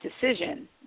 decision